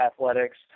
athletics